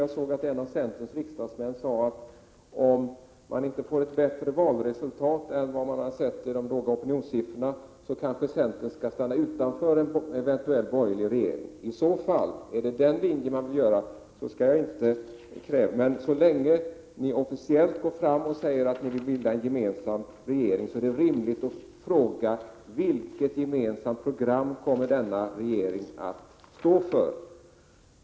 Jag såg att en av centerpartiets riksdagsmän uttalade att om valresultatet inte blir bättre än de låga siffror man hittills sett i opinionsmätningarna kanske centern skall stanna utanför en eventuell borgerlig regering. Är det den linjen man vill följa skall jag inte kräva några besked. Men så länge ni officiellt säger att ni gemensamt vill bilda regering är det rimligt att fråga: Vilket gemensamt program kommer denna regering att stå för?